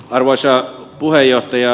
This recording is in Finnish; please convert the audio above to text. arvoisa puheenjohtaja